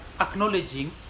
acknowledging